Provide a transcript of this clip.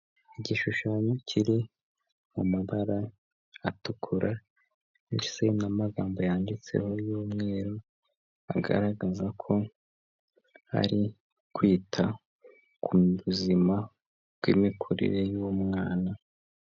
Igishushanyo kiri mu mabara atukura ndetse n'amagambo yanditseho y'umweru, agaragaza ko ari kwita ku buzima bw'imikurire y'umwana.